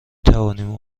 توانیم